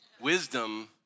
Wisdom